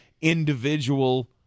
individual